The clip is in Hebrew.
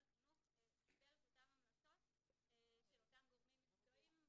החינוך קיבל את אותן המלצות של אותם גורמים מקצועיים.